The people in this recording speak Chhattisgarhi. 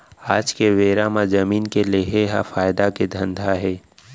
आज के बेरा म जमीन के लेहे ह फायदा के धंधा हे